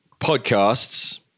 podcasts